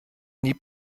nie